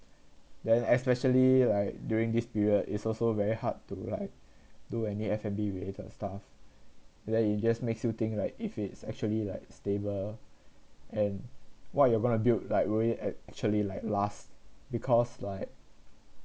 then especially like during this period is also very hard to like do any F_N_B related stuff and then it just makes you think like if it's actually like stable and what you're going to build like worry actually like last because like